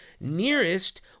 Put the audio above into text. nearest